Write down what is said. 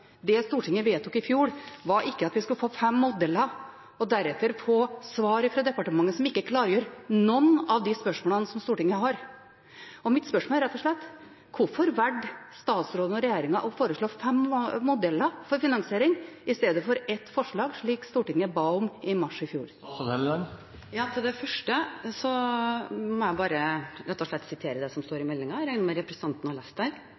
Det Stortinget vedtok i fjor, var ikke at vi skulle få fem modeller og deretter få svar fra departementet som ikke klargjør noen av de spørsmålene som Stortinget har. Mitt spørsmål er rett og slett: Hvorfor valgte statsråden og regjeringen å foreslå fem modeller for finansiering istedenfor ett forslag, slik Stortinget ba om i mars i fjor? Til det første må jeg bare rett og slett vise til det som står